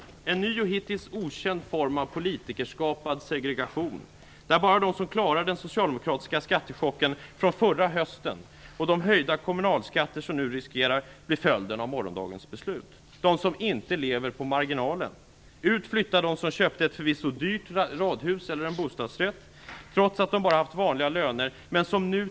Det blir en ny och hittills okänd form av politikerskapad segregation, där bara de som klarar den socialdemokratiska skattechocken från förra hösten och de höjda kommunalskatter som nu riskerar att bli följden av morgondagens beslut - de som inte lever på marginalen. Ut flyttar de som köpt ett förvisso dyrt radhus eller en bostadsrätt, trots att de bara haft vanliga löner.